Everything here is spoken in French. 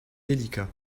délicat